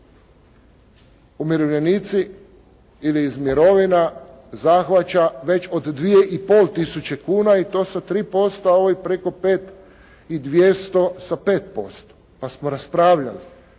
umirovljenici ili iz mirovina zahvaća već od 2,5 tisuće kuna i to sa 3%, a ovo je preko 5 i 200 sa 5%, pa smo raspravljali,